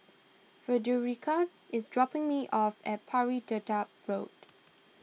Frederica is dropping me off at Pari Dedap Road